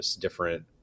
different